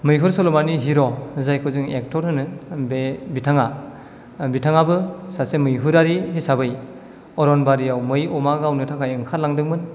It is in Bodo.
मैहुर सल'मानि हिर' जायखौ जों एक्टर होनो बे बिथाङा बिथाङाबो सासे मैहुरारि हिसाबै अरनबारियाव मै अमा गावनो थाखाय ओंखारलांदोंमोन